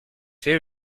fait